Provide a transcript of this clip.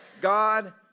God